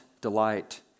delight